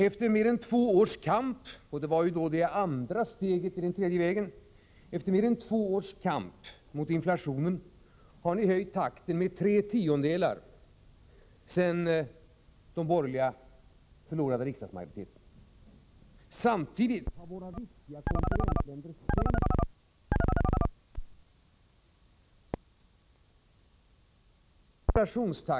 Efter mer än två års kamp — det var det andra steget i den tredje vägen — mot inflationen har ni höjt takten med tre tiondelar sedan de borgerliga förlorade riksdagsmajoriteten. Samtidigt har våra viktiga konkurrentländer sänkt sin inflationsnivå.